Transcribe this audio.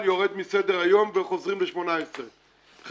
לא.